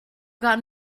got